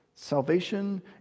Salvation